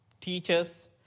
teachers